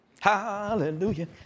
Hallelujah